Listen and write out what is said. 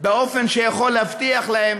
באופן שיכול להבטיח להם